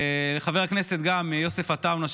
חבר הכנסת יוסף עטאונה,